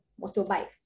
motorbike